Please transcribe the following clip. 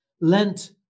lent